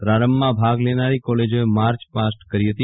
પ્રારંભમાં ભાગ લેનારી કોલેજોએ માર્ચ પાસ્ટ કરી હતી